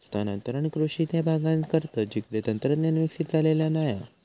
स्थानांतरण कृषि त्या भागांत करतत जिकडे तंत्रज्ञान विकसित झालेला नाय हा